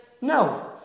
no